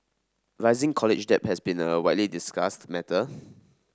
rising college debt has been a widely discussed matter